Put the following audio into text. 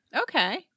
Okay